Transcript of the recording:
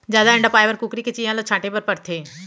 जादा अंडा पाए बर कुकरी के चियां ल छांटे बर परथे